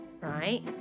right